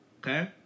Okay